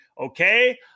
Okay